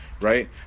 right